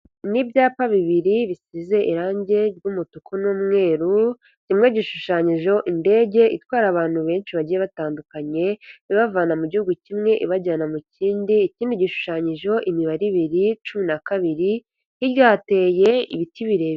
Ni ibyapa bibiri bisize irangi ry'umutuku n'umweru kimwe gishushanyijeho indege itwara abantu benshi bagiye batandukanye, ibavana mu gihugu kimwe ibajyana mu ikindi, ikindi gishushanyijeho imibare ibiri, cumi na kabiri hirya hateye ibiti birebire.